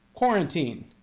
Quarantine